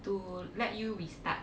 to let you restart